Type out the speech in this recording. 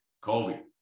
Colby